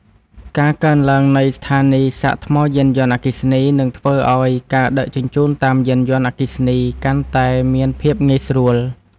ការកើនឡើងនៃស្ថានីយសាកថ្មយានយន្តអគ្គិសនី នឹងធ្វើឱ្យការដឹកជញ្ជូនតាមយានយន្តអគ្គិសនីកាន់តែមានភាពងាយស្រួល។